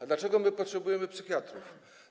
A dlaczego potrzebujemy psychiatrów?